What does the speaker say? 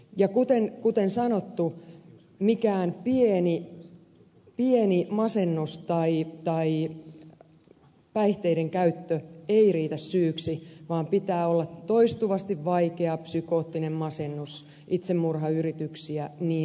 ja kuten sanottu mikään pieni masennus tai päihteiden käyttö ei riitä syyksi vaan pitää olla toistuvasti vaikea psykoottinen masennus itsemurhayrityksiä ja niin edelleen